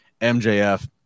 MJF